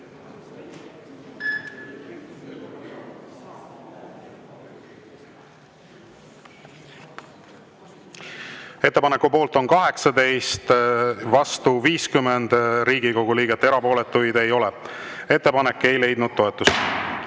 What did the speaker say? Ettepaneku poolt on 18, vastu 50 Riigikogu liiget, erapooletuid ei ole. Ettepanek ei leidnud toetust.